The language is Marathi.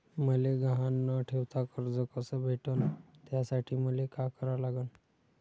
मले गहान न ठेवता कर्ज कस भेटन त्यासाठी मले का करा लागन?